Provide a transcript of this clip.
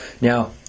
Now